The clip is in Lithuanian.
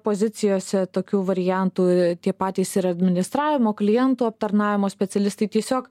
pozicijose tokių variantų tie patys ir administravimo klientų aptarnavimo specialistai tiesiog